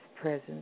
presence